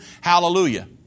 hallelujah